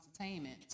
entertainment